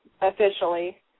officially